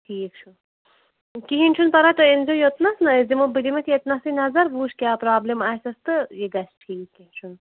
ٹھیٖک چھُ کِہیٖنٛۍ چھُنہٕ پَرواے تُہۍ أنۍزیٚو یوٚتنَس نا أسۍ دِمو بہٕ دِمَس ییٚتہٕ نَسےٕ نظر بہٕ وُچھٕ کیٛاہ پرٛابلِم آسیٚس تہٕ یہِ گَژھِ ٹھیٖک کیٚنٛہہ چھُنہٕ